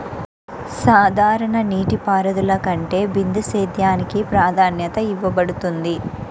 సాధారణ నీటిపారుదల కంటే బిందు సేద్యానికి ప్రాధాన్యత ఇవ్వబడుతుంది